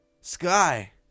Sky